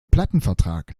plattenvertrag